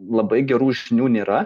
labai gerų žinių nėra